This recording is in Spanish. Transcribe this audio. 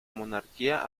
monarquía